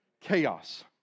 Chaos